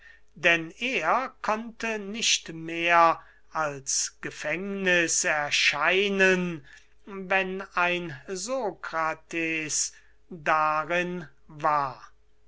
denn er konnte nicht mehr als gefängniß erscheinen wenn ein sokrates darin war